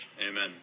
Amen